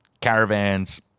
caravans